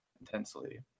intensely